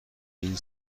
این